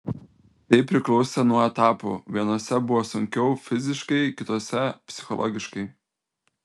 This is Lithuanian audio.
tai priklausė nuo etapų vienuose buvo sunkiau fiziškai kituose psichologiškai